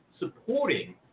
supporting